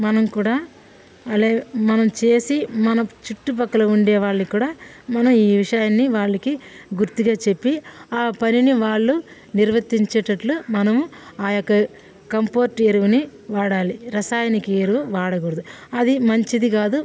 మనం కూడా అలా మనం చేసి మన చుట్టూ పక్కల ఉండే వాళ్ళకి కూడా మనం ఈ విషయాన్ని వాళ్ళకి గుర్తుగా చెప్పి ఆ పనిని వాళ్ళు నిర్వర్తించేటట్లు మనం ఆ యొక్క కంపోర్ట్ ఎరువుని వాడాలి రసాయనిక ఎరువు వాడకూడదు అది మంచిది కాదు